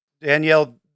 Danielle